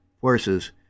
forces